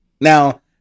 Now